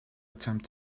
attempt